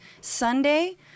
Sunday